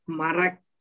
marak